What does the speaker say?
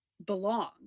belong